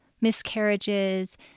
miscarriages